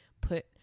put